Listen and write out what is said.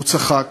הוא צחק